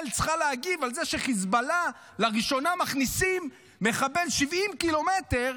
צריכה להגיב על זה שחיזבאללה לראשונה מכניסה מחבל 70 קילומטר.